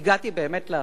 הגעתי באמת לאחרון.